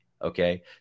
Okay